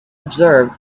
observed